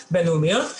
בינלאומיות.